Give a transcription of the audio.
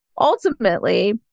Ultimately